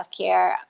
healthcare